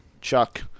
Chuck